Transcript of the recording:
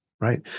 Right